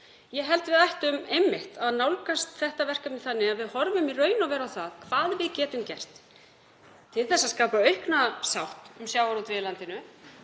Ég held að við ættum einmitt að nálgast þetta verkefni þannig að við horfum í raun og veru á það hvað við getum gert til að skapa aukna sátt um sjávarútveg í landinu